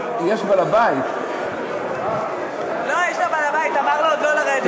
לא, יש לו בעל-בית, אמר לו עוד לא לרדת.